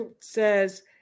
says